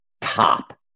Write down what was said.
top